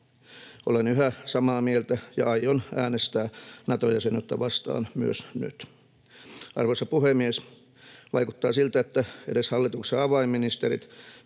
Olen yhä samaa mieltä ja aion äänestää Nato-jäsenyyttä vastaan myös nyt. Arvoisa puhemies! Vaikuttaa siltä, että edes hallituksen avainministerit,